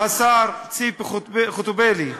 השר ציפי חוטובלי,